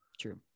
True